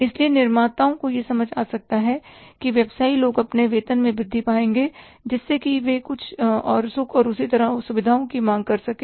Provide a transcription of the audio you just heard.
इसलिए निर्माताओं को यह समझ आ सकते हैं कि व्यवसायी लोग अपने वेतन में वृद्धि पाएंगे जिससे कि वे कुछ और सुख और उसी तरह सुविधाओं की मांग कर सकें